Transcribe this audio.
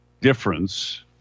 difference